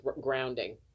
grounding